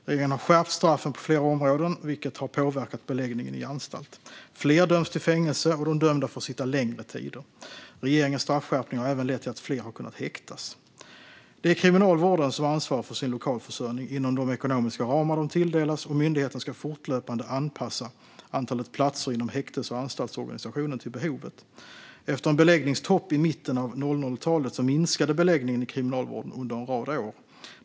Regeringen har skärpt straffen på flera områden, vilket har påverkat beläggningen på anstalterna. Fler döms till fängelse, och de dömda får sitta längre tid. Regeringens straffskärpningar har även lett till att fler har kunnat häktas. Kriminalvården ansvarar för sin egen lokalförsörjning inom de ekonomiska ramar de tilldelas, och myndigheten ska fortlöpande anpassa antalet platser inom häktes och anstaltsorganisationen till behovet. Efter en beläggningstopp i mitten av 00-talet minskade beläggningen i Kriminalvården under en rad år.